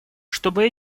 чтобы